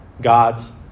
God's